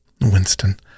Winston